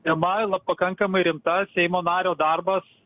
tema pakankamai rimta seimo nario darbas